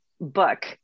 book